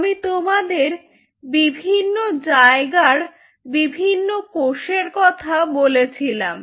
আমি তোমাদের বিভিন্ন জায়গার বিভিন্ন কোষের কথা বলেছিলাম